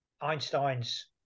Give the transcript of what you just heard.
Einstein's